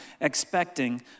expecting